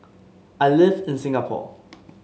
I live in Singapore